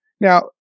Now